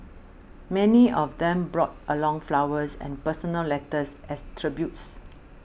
many of them brought along flowers and personal letters as tributes